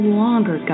longer